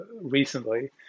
recently